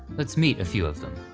let's meet a few of them